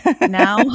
now